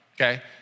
okay